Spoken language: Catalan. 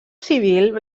civil